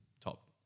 top